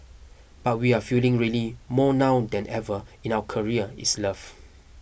but we are feeling really more now than ever in our career is love